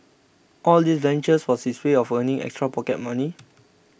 all these ventures was his way of earning extra pocket money